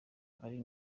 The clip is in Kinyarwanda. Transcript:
ari